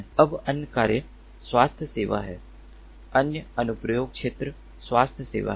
अब अन्य कार्य स्वास्थ्य सेवा है अन्य अनुप्रयोग क्षेत्र स्वास्थ्य सेवा है